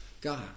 God